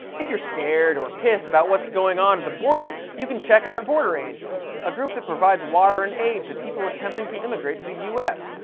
if you're scared or pissed about what's going on at the border, you can check out border angels, a group that provides water and aid to people attempting to immigrate to the us.